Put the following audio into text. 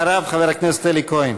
אחריו, חבר הכנסת אלי כהן.